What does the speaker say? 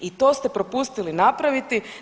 I to ste propustili napraviti.